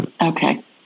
Okay